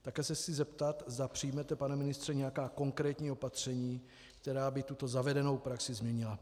Také se chci zeptat, zda přijmete, pane ministře, nějaká konkrétní opatření, která by tuto zavedenou praxi změnila.